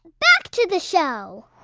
back to the show